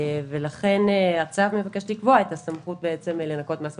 לכן הצו מבקש לקבוע את הסמכות לנכות מס במקור.